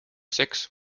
seks